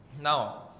Now